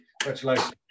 Congratulations